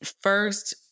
first